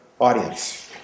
audience